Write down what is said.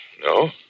No